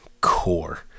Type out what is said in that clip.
core